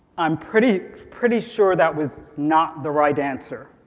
i'm pretty pretty sure that was not the right answer,